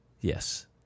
Yes